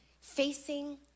facing